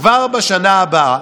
כבר בשנה הבאה